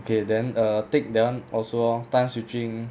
okay then err tick that [one] also lor time switching